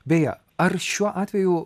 beje ar šiuo atveju